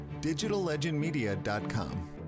digitallegendmedia.com